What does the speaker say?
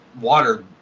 water